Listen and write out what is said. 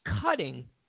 cutting